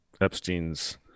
Epstein's